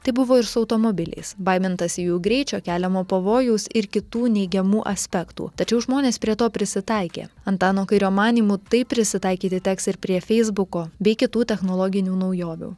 taip buvo ir su automobiliais baimintasi jų greičio keliamo pavojaus ir kitų neigiamų aspektų tačiau žmonės prie to prisitaikė antano kairio manymu taip prisitaikyti teks ir prie feisbuko bei kitų technologinių naujovių